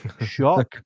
Shock